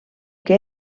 que